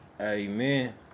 Amen